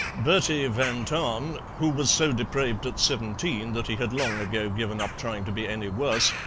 bertie van tahn, who was so depraved at seventeen that he had long ago given up trying to be any worse,